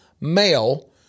male